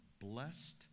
blessed